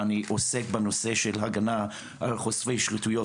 ואני עוסק בנושא של הגנה על חושפי שחיתויות